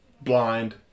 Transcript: blind